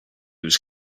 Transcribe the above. was